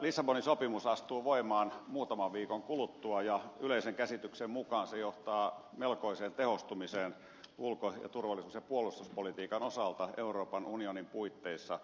lissabonin sopimus astuu voimaan muutaman viikon kuluttua ja yleisen käsityksen mukaan se johtaa melkoiseen tehostumiseen ulko turvallisuus ja puolustuspolitiikan osalta euroopan unionin puitteissa